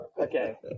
Okay